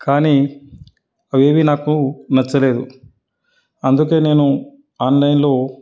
కానీ అవి ఏవీ నాకు నచ్చలేదు అందుకని నేను ఆన్లైన్లో